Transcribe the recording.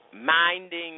minding